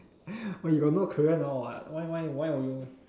but you got no career now what why why why would you